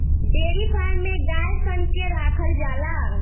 dairy farm में गाय सन के राखल जाला